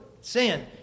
sin